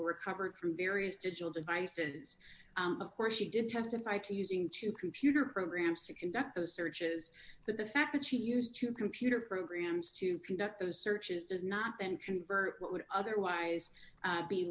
were recovered through various digital devices of course she did testify to using two computer programs to conduct those searches but the fact that she used to computer programs to conduct those searches does not then convert what would otherwise